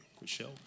Michelle